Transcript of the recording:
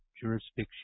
jurisdiction